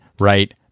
right